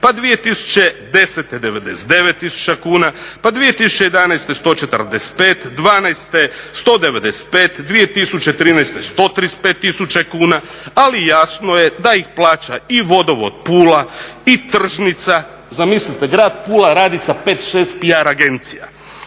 pa 2010. 99 tisuća kuna, pa 2011. 145., '12. 195., 2013. 135 tisuća kuna ali jasno je da ih plaća i Vodovod Pula i Tržnica. Zamislite grad Pula radi sa 5, 6 PR agencija,